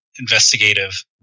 investigative